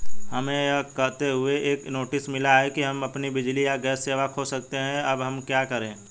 हमें यह कहते हुए एक नोटिस मिला कि हम अपनी बिजली या गैस सेवा खो सकते हैं अब हम क्या करें?